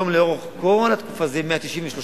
היום, לאורך כל התקופה זה יהיה 193 יום,